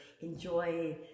enjoy